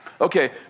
Okay